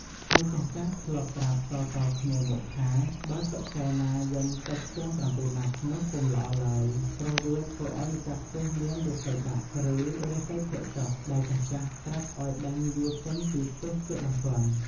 ហើយចាស់ៗ ធ្លាប់ប្រាប់តៗគ្នាមកថា បើតុកកែណាយំតិចជាង ៧ ម៉ាត់ នោះពុំល្អឡើយ ព្រោះវាធ្វើឲ្យម្ចាស់ផ្ទះមានរាសីដាក់ ឬរាសីធ្លាក់ចុះ ដែលចាស់ៗ ប្រាប់ឱ្យដេញវាចេញពីផ្ទះជាបន្ទាន់។